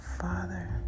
father